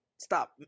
Stop